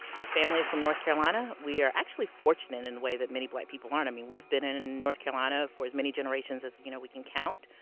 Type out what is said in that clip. our family is from north carolina. we are actually fortunate in a way that many black people aren't. i mean we've been in in north carolina for as many generations as you know we can count.